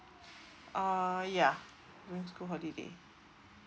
uh ya in school holiday